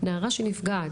נערה שפגעת,